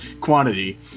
quantity